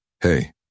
hey